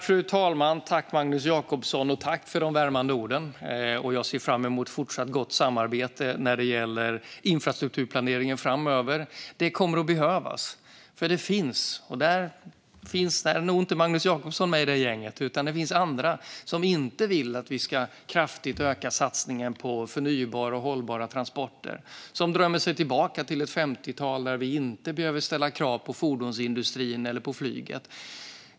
Fru talman! Tack, Magnus Jacobsson, för de värmande orden! Jag ser fram emot fortsatt gott samarbete när det gäller infrastrukturplaneringen framöver. Det kommer att behövas, för det finns ett gäng - Magnus Jacobsson är nog inte med där - som inte vill att vi ska kraftigt öka satsningen på förnybart och hållbara transporter utan drömmer sig tillbaka till ett 50-tal där vi inte behövde ställa krav på fordonsindustrin eller flyget.